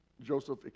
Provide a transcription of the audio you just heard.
Joseph